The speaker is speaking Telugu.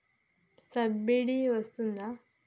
సబ్సిడీ వస్తదా?